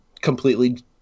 completely